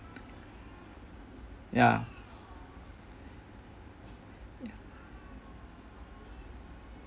ya